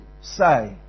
say